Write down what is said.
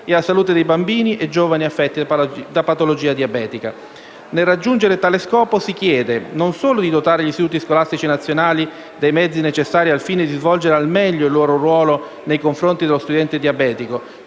e alla salute di bambini e giovani affetti da patologia diabetica. Nel raggiungere tale scopo, si chiede non solo di dotare gli istituti scolastici nazionali dei mezzi necessari al fine di svolgere al meglio il loro ruolo nei confronti dello studente diabetico,